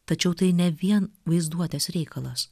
tačiau tai ne vien vaizduotės reikalas